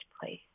place